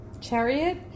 chariot